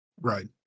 Right